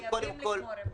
חייבים לגמור עם זה.